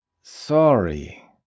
sorry